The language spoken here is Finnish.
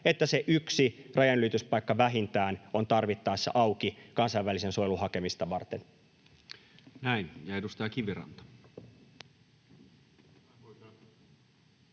se yksi rajanylityspaikka on tarvittaessa auki kansainvälisen suojelun hakemista varten. Näin. — Ja edustaja Kiviranta.